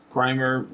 Grimer